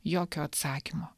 jokio atsakymo